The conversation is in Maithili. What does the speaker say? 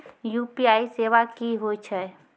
यु.पी.आई सेवा की होय छै?